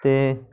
ਅਤੇ